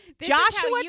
Joshua